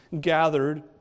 gathered